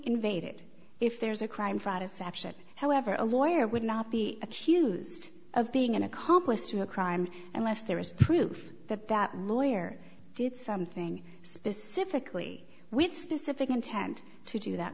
invaded if there's a crime fraud is action however a lawyer would not be accused of being an accomplice to a crime unless there is proof that that lawyer did something specifically with specific intent to do that